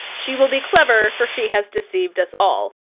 she will be clever, for she has deceived us all.